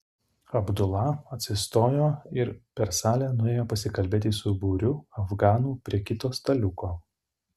abdula atsistojo ir per salę nuėjo pasikalbėti su būriu afganų prie kito staliuko